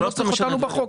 הוא לא צריך אותנו בחוק.